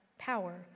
power